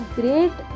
great